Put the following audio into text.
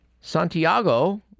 Santiago